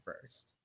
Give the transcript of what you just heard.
first